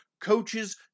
coaches